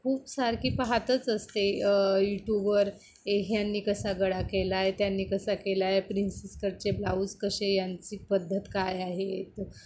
खूप सारखी पाहतच असते यूट्यूबवर ए ह्यांनी कसा गळा केला आहे त्यांनी कसा केला आहे प्रिन्सेस कटचे ब्लाऊज कसे यांची पद्धत काय आहे त